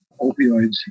opioids